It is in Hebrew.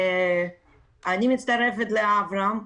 אני מצטרפת לאברהם דניאל.